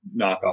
knockoff